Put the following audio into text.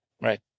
right